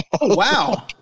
Wow